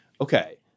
okay